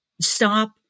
stop